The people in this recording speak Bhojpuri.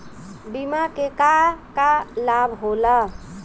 बिमा के का का लाभ होला?